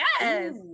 yes